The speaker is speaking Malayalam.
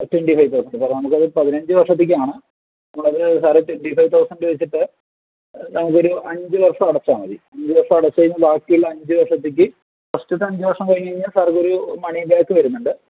ട്വൻ്റി ഫൈവ് തൗസൻ്റാണ് കാരണം നമുക്കത് പതിനഞ്ചു വർഷത്തേക്കാണ് നമ്മളത് സാറെ ട്വൻ്റി ഫൈവ് തൗസൻ്റ് വച്ചിട്ട് നമുക്കൊരു അഞ്ചു വർഷം അടച്ചാൽ മതി അഞ്ചു വർഷം അടച്ചു കഴിഞ്ഞാൽ ബാക്കിയുള്ള അഞ്ചുവർഷത്തേക്ക് ഫസ്റ്റിലേത്തെ അഞ്ചുവർഷം കഴിഞ്ഞ് കഴിഞ്ഞാൽ സർക്കൊരു മണിബാക്ക് വരുന്നുണ്ട്